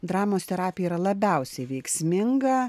dramos terapija yra labiausiai veiksminga